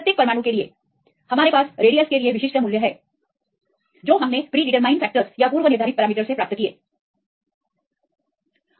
तो प्रत्येक परमाणु के लिए इसलिए हमारे पास रेडियस के लिए ये विशिष्ट मूल्य हैं और पूर्वनिर्धारित पैरामीटर्स को अच्छी तरह से गहराई देते हैं